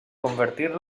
convertir